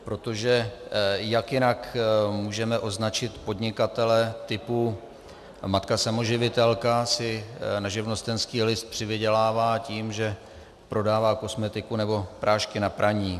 Protože jak jinak můžeme označit podnikatele typu matka samoživitelka si na živnostenský list přivydělává tím, že prodává kosmetiku nebo prášky na praní.